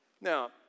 Now